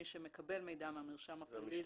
מי שמקבל מידע מהמרשם הפלילי,